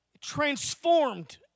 transformed